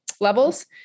levels